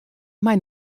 mei